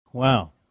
Wow